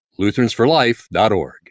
Lutheransforlife.org